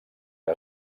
que